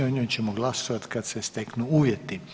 O njoj ćemo glasovati kad se steknu uvjeti.